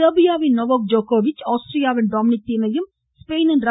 சொ்பியாவின் Novak ஜோக்கோவிச் ஆஸ்ட்ரீயாவின் Dominic தீமையும் ஸ்பெனின் ர